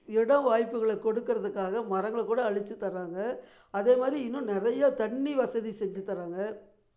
இடம் வாய்ப்புகளை கொடுக்குறதுக்காக மரங்களை கூட அழிச்சு தராங்க அதே மாதிரி இல்லாமல் இன்னும் நிறைய தண்ணி வசதி செஞ்சு தராங்க